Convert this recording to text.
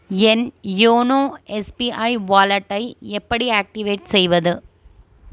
என் YONO SBI வாலெட்டை எப்படி activate செய்வது